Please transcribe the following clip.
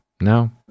No